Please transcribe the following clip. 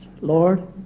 Lord